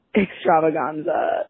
extravaganza